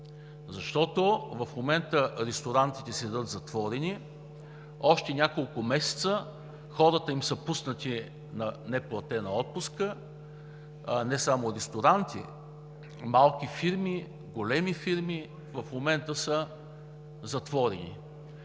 В момента ресторантите стоят затворени – още няколко месеца, хората им са пуснати в неплатена отпуска. Не само ресторанти – малки фирми, големи фирми в момента са затворени.